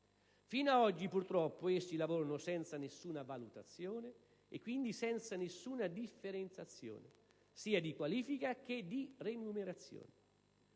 Fino ad oggi, purtroppo, essi hanno lavorato senza nessuna valutazione, e quindi senza nessuna differenziazione, sia di qualifica che di remunerazione.